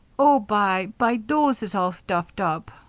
oh, by, by dose is all stuffed up.